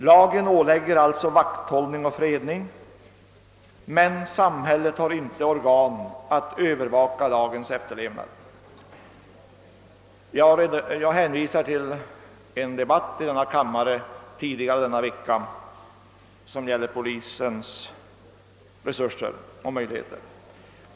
Lagen stadgar vakthållning och fredning — men samhället har inte organ att övervaka lagens efterlevnad. Jag hänvisar till en debatt som tidigare under denna vecka fördes här i kammaren och som gällde polisens resurser och möjligheter.